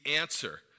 answer